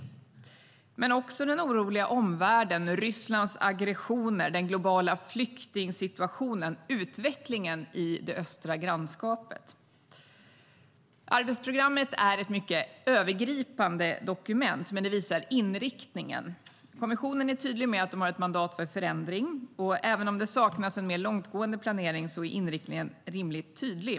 Vi har också den oroliga omvärlden, Rysslands aggressioner, den globala flyktingsituationen och utvecklingen i det östra grannskapet. Arbetsprogrammet är ett mycket övergripande dokument, men det visar inriktningen. Kommissionen är tydlig med att den har ett mandat för förändring, och även om det saknas en mer långtgående planering är inriktningen rimligt tydlig.